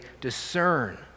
discern